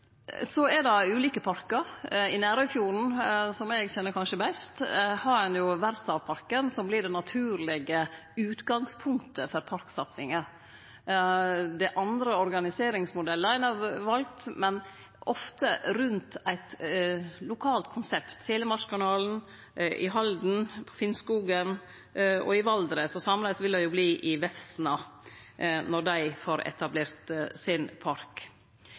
Så er det ulike parkar. I Nærøyfjorden, som eg kanskje kjenner best, har ein verdsarvparken, som vert det naturlege utgangspunktet for parksatsinga. Det er òg andre organiseringsmodellar ein har valt, men ofte rundt eit lokalt konsept, som ved Telemarkskanalen, Halden, Finnskogen og Valdres. Sameleis vil det verte i Vefsna, når dei får etablert sin park.